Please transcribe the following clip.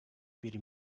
bir